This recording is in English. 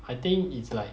I think it's like